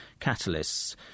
catalysts